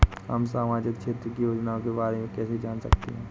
हम सामाजिक क्षेत्र की योजनाओं के बारे में कैसे जान सकते हैं?